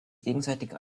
gegenseitige